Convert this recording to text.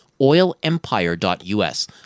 oilempire.us